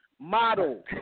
model